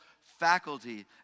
faculty